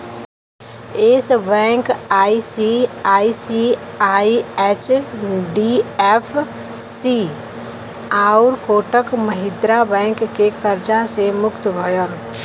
yes bank ICICI, HDFC आउर Kotak Mahindra bank के कर्जा से मुक्त भयल